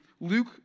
Luke